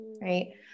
right